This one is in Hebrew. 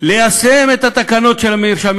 ליישם את התקנות של המרשמים